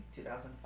2005